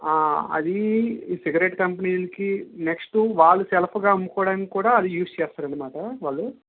ఆ అది cigarette company లకి నెక్స్ట్ వాళ్ళు సెల్ఫ్ గా అమ్ముకోవడానికి కూడా యూజ్ చేస్తారు అనమాట వాళ్ళు